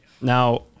Now